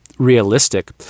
Realistic